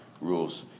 rules